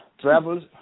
travels